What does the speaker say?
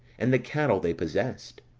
and the cattle they possessed.